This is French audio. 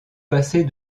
passer